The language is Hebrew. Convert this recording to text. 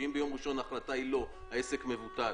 שאם ביום ראשון ההחלטה היא לא העסק מבוטל.